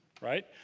right